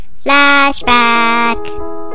Flashback